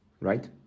right